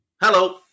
Hello